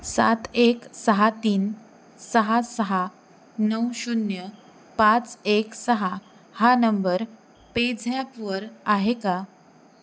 सात एक सहा तीन सहा सहा नऊ शून्य पाच एक सहा हा नंबर पेझॅपवर आहे का